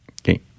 Okay